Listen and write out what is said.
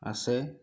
আছে